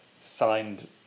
signed